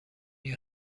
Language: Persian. این